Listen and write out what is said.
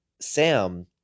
Sam